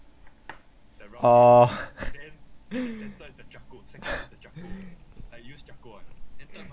oh